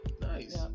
Nice